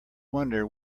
wonder